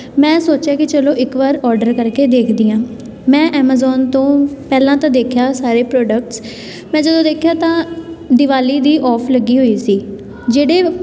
ਮੈਂ ਸੋਚਿਆ ਕਿ ਚਲੋ ਇੱਕ ਵਾਰ ਔਡਰ ਕਰਕੇ ਦੇਖਦੀ ਹਾਂ ਮੈਂ ਐਮਾਜ਼ੋਨ ਤੋਂ ਪਹਿਲਾਂ ਤਾਂ ਦੇਖਿਆ ਸਾਰੇ ਪ੍ਰੋਡਕਟਸ ਮੈਂ ਜਦੋਂ ਦੇਖਿਆ ਤਾਂ ਦਿਵਾਲੀ ਦੀ ਔਫ ਲੱਗੀ ਹੋਈ ਸੀ ਜਿਹੜੇ